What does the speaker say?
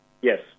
Yes